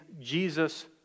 Jesus